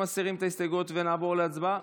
מסירים את ההסתייגויות ונעבור להצבעה?